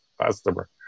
customer